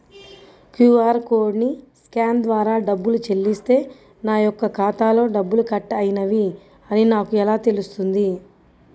QR కోడ్ని scan ద్వారా డబ్బులు చెల్లిస్తే నా యొక్క ఖాతాలో డబ్బులు కట్ అయినవి అని నాకు ఎలా తెలుస్తుంది?